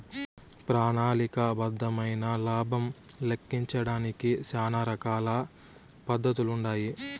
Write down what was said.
ప్రణాళిక బద్దమైన లాబం లెక్కించడానికి శానా రకాల పద్దతులుండాయి